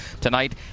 tonight